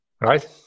right